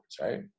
right